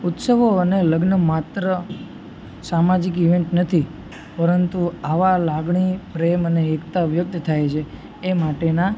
ઉત્સવો અને લગ્ન માત્ર સામાજિક ઇવેન્ટ નથી પરંતુ આવા લાગણી પ્રેમ અને એકતા વ્યક્ત થાય છે એ માટેના